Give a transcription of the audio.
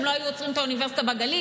הם לא היו עוצרים את האוניברסיטה בגליל,